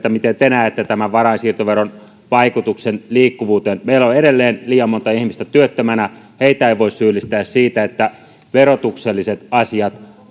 miten te näette tämän varainsiirtoveron vaikutuksen liikkuvuuteen meillä on edelleen liian monta ihmistä työttömänä heitä ei voi syyllistää siitä että verotukselliset asiat